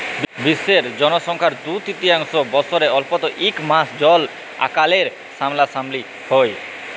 বিশ্বের জলসংখ্যার দু তিরতীয়াংশ বসরে অল্তত ইক মাস জল আকালের সামলাসামলি হ্যয়